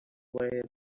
where